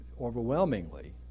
overwhelmingly